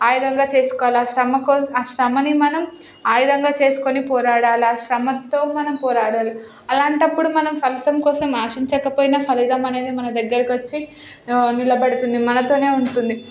ఆయుధంగా చేసుకోవాలి ఆ శ్రమ కోసం ఆ శ్రమని మనం ఆయుధంగా చేసుకొని పోరాడాలి ఆ శ్రమతో మనం పోరాడాలి అలాంటప్పుడు మనం ఫలితం కోసం ఆశించకపోయినా ఫలితమనేది మన దగ్గరకి వచ్చి నిలబడుతుంది మనతోనే ఉంటుంది